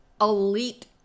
elite